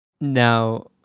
Now